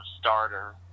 starter